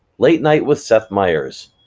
late night with seth meyers,